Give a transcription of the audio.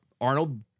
Arnold